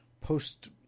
post